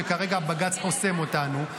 שכרגע בג"ץ חוסם אותנו,